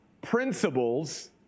principles